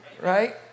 right